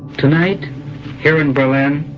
tonight here in berlin,